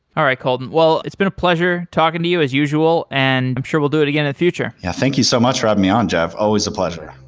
all right, kolton. well, it's been a pleasure talking to you, as usual, and i'm sure we'll do it again in future. yeah. thank you so much for me on, jeff. always a pleasure.